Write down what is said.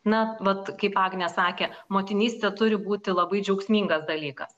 na vat kaip agnė sakė motinystė turi būti labai džiaugsmingas dalykas